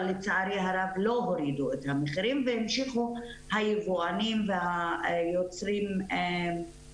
לצערי הרב הן לא הורידו את המחירים והמשיכו היבואנים ו- -- ליהנות